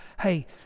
hey